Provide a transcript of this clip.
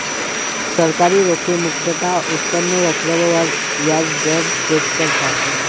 सरकारी रोखे मुख्यतः उत्पन्न वक्र वर व्याज दर सेट करतात